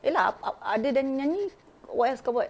ya lah ot~ other than nyanyi what else kau buat